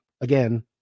again